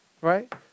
right